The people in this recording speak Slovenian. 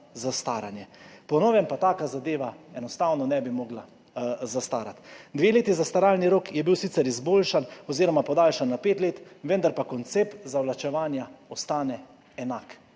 zastaranje. Po novem pa taka zadeva enostavno ne bi mogla zastarati. Zastaralni rok dve leti je bil sicer izboljšan oziroma podaljšan na pet let, vendar pa koncept zavlačevanja ostane enak.